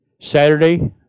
Saturday